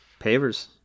Pavers